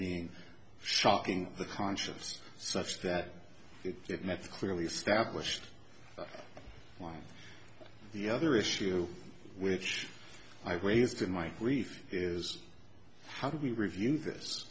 being shocking the conscience such that it met the clearly established one the other issue which i raised in my brief is how do we review this